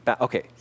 Okay